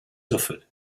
suffered